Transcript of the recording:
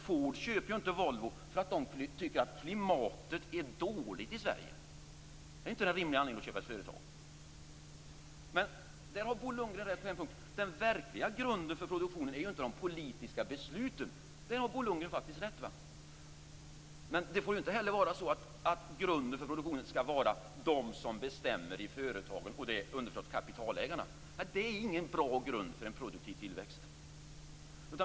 Ford köper inte Volvo därför att de tycker att klimatet är dåligt i Sverige. Det är inte en rimlig anledning köpa ett företag. På en punkt har Bo Lundgren rätt: Den verkliga grunden för produktionen är inte de politiska besluten - där har Bo Lundgren faktiskt rätt. Men det får inte heller vara så att grunden för produktionen skall vara de som bestämmer i företagen, underförstått kapitalägarna. Det är ingen bra grund för en produktiv tillväxt.